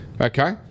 Okay